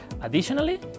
Additionally